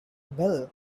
well